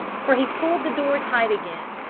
for he pulled the door tight again,